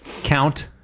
count